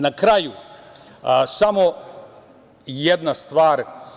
Na kraju, samo jedna stvar.